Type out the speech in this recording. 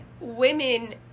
women